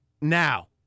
Now